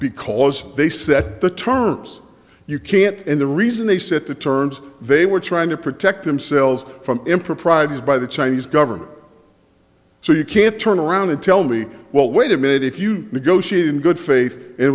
because they set the terms you can't and the reason they set the terms they were trying to protect themselves from improprieties by the chinese government so you can't turn around and tell me well wait a minute if you